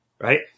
right